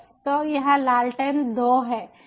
तो यह लालटेन दो है